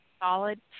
solid